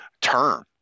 term